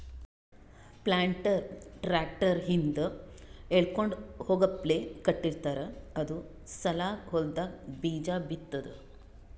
planter tractor ಹಿಂದ್ ಎಳ್ಕೊಂಡ್ ಹೋಗಪ್ಲೆ ಕಟ್ಟಿರ್ತಾರ್ ಅದು ಸಾಲಾಗ್ ಹೊಲ್ದಾಗ್ ಬೀಜಾ ಬಿತ್ತದ್